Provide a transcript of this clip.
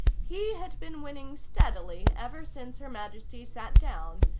he had been winning steadily ever since her majesty sat down,